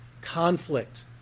conflict